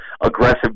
aggressive